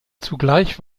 zugleich